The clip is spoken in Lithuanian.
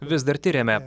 vis dar tiriame